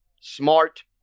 smart